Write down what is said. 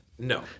No